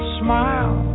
smile